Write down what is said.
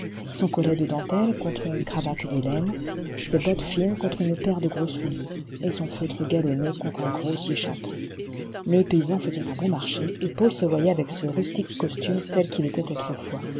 son collet de dentelle contre une cravate de laine ses bottes fines contre une paire de gros souliers et son feutre galonné contre un grossier chapeau le paysan faisait un bon marché et paul se voyait avec ce rustique costume tel qu'il était autrefois